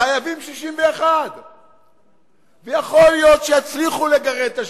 חייבים 61. ויכול להיות שיצליחו לגרד את ה-61.